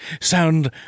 sound